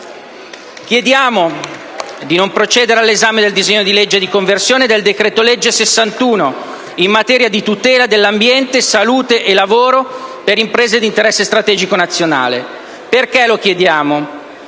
delibera di non procedere all'esame del disegno di legge di conversione del decreto-legge n. 61, in materia di tutela dell'ambiente, salute e lavoro per imprese di interesse strategico nazionale.